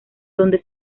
donde